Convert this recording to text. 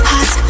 Hot